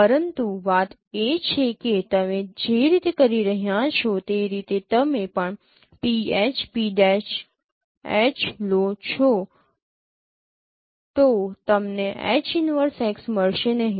પરંતુ વાત એ છે કે તમે જે રીતે કરી રહ્યાં છો તે રીતે તમે પણ PH P'H લો છો તો તમને H 1x મળશે નહીં